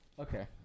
okay